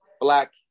black